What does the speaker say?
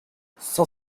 cent